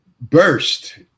burst